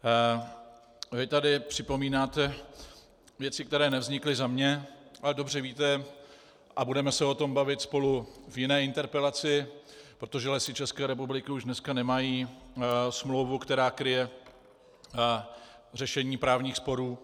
Vy tady připomínáte věci, které nevznikly za mě, ale dobře víte, a budeme se o tom bavit spolu v jiné interpelaci, protože Lesy České republiky už dneska nemají smlouvu, která kryje řešení právních sporů.